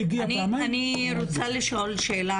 שאלה